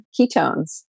ketones